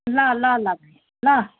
ल ल ल ल